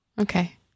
Okay